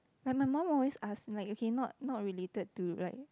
then my mum always ask like okay not not related to like